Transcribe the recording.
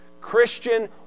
Christian